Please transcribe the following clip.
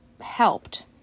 helped